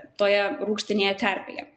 toje rūgštinėje terpėje